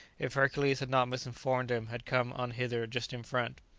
if hercules had not misinformed him, had come on hither just in front.